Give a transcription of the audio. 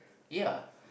ya